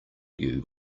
you